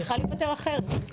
היא צריכה להיפתר אחרת.